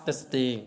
that's the thing